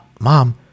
mom